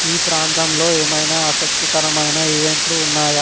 ఈ ప్రాంతంలో ఏమైనా ఆసక్తికరమైన ఈవెంట్లు ఉన్నాయా